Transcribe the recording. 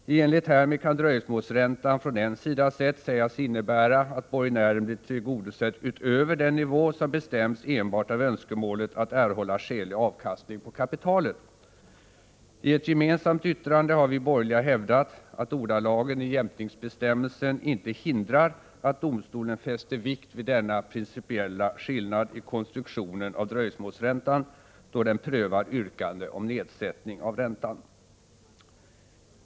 I enlighet härmed kan dröjsmålsräntan från en sida sett sägas innebära, att borgenären blir tillgodosedd utöver den nivå som bestäms enbart av önskemålet att erhålla skälig avkastning på kapitalet. I ett gemensamt yttrande har vi borgerliga hävdat att ordalagen i jämkningsbestämmelsen inte hindrar att domstolen fäster vikt vid denna principiella skillnad i konstruktionen av dröjsmålsräntan då den prövar yrkande om nedsättning av räntan.